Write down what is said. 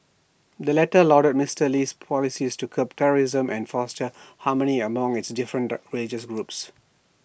the latter lauded Mister Lee's policies to curb terrorism and foster harmony among its different religious groups